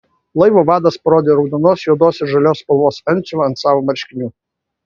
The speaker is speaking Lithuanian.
laivo vadas parodė raudonos juodos ir žalios spalvos antsiuvą ant savo marškinių